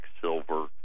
silver